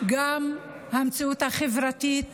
גם המציאות הכלכלית